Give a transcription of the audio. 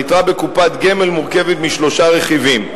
היתרה בקופת גמל מורכבת משלושה רכיבים.